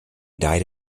died